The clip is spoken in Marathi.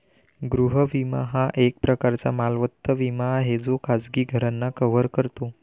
गृह विमा हा एक प्रकारचा मालमत्ता विमा आहे जो खाजगी घरांना कव्हर करतो